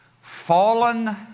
fallen